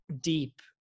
deep